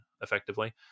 effectively